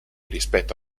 rispetto